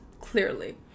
clearly